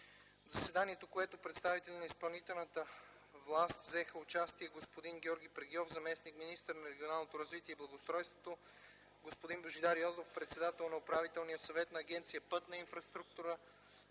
В заседанието, като представители на изпълнителната власт, взеха участие: господин Георги Прегьов – заместник-министър на регионалното развитие и благоустройството, господин Божидар Йотов – председател на Управителния съвет на Агенция „Пътна инфраструктура”,